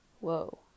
Whoa